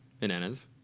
bananas